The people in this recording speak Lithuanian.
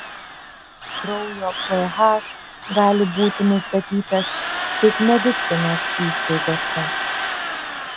kraujo ph gali būti nustatytas tik medicinos įstaigose